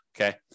okay